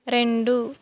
రెండు